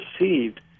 received